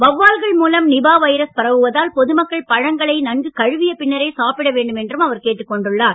வவ்வால்கள் மூலம் Nipah virus பரவுவதால் பொதுமக்கள் பழங்களை நன்கு கழுவிய பின்னரே சாப்பிட வேண்டும் என்றும் அவர் கேட்டுக்கொண்டுள்ளார்